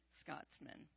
Scotsman